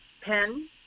pen